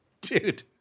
Dude